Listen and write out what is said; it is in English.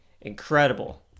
incredible